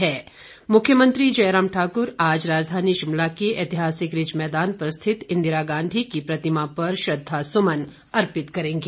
इधर मुख्यमंत्री जयराम ठाकुर आज राजधानी शिमला के ऐतिहासिक रिज मैदान पर स्थित इंदिरा गांधी की प्रतिमा पर श्रद्दासुमन अर्पित करेंगे